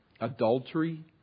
Adultery